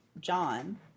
John